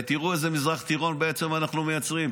ותראו איזה מזרח תיכון אנחנו מייצרים,